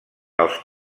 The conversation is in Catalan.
els